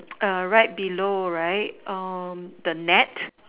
err right below right um the net